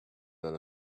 than